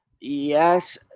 Yes